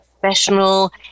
professional